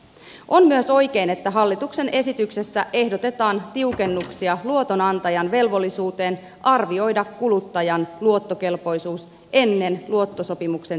on myös oikein että hallituksen esityksessä ehdotetaan tiukennuksia luotonantajan velvollisuuteen arvioida kuluttajan luottokelpoisuus ennen luottosopimuksen tekemistä